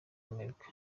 amerika